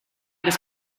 des